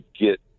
get